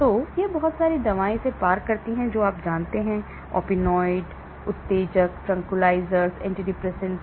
तो बहुत सारी दवाएं इसे पार करती हैं जो आप जानते हैं ओपिओइड उत्तेजक ट्रैंक्विलाइज़र एंटीडिपेंटेंट्स